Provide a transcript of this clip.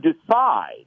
decide